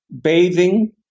bathing